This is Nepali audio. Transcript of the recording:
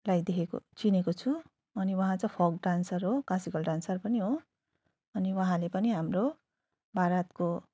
लाई देखेको चिनेको छु अनि उहाँ चाहिँ फोक डान्सर हो क्लासिकल डान्सर पनि हो अनि उहाँले पनि हाम्रो भारतको